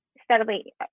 steadily